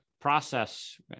process